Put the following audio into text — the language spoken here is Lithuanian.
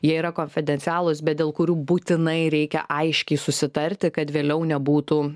jie yra konfidencialūs bet dėl kurių būtinai reikia aiškiai susitarti kad vėliau nebūtų